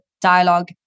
dialogue